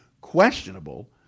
questionable